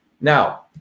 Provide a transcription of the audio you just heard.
Now